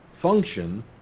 function